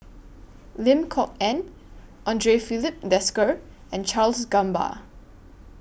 Lim Kok Ann Andre Filipe Desker and Charles Gamba